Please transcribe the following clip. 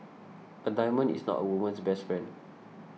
a diamond is not a woman's best friend